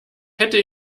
hätte